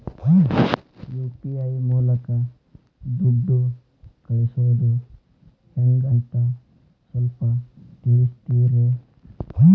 UPI ಮೂಲಕ ದುಡ್ಡು ಕಳಿಸೋದ ಹೆಂಗ್ ಅಂತ ಸ್ವಲ್ಪ ತಿಳಿಸ್ತೇರ?